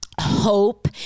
hope